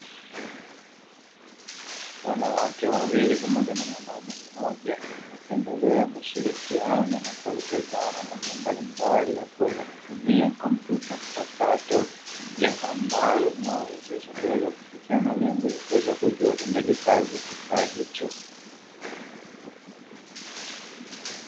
Wanawake wawili pamoja na mwanaume mmoja akiendelea kushirikiana na kuelekezana namna mbalimbali ya kuweza kutumia kompyuta mpakato, jambo ambalo linawawezesha kuweza kufikia malengo ili kuweza kujua utendaji kazi wa kifurahi hicho.